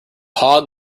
hog